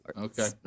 Okay